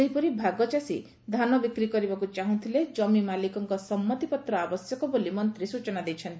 ସେହିପରି ଭାଗଚାଷୀ ଧାନ ବିକ୍ରି କରିବାକୁ ଚାହୁଁଥିଲେ ଜମି ମାଲିକଙ୍କ ସମ୍ମତିପତ୍ର ଆବଶ୍ୟକ ବୋଲି ମନ୍ତ୍ରୀ ସ୍ଚନା ଦେଇଛନ୍ତି